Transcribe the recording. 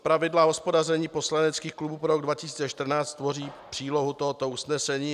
Pravidla hospodaření poslaneckých klubů pro rok 2014 tvoří přílohu tohoto usnesení.